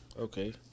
Okay